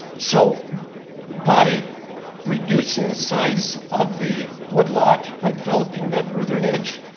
so by reducing the size of the wood lot by developing that northern edge,